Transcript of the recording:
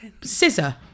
scissor